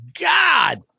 God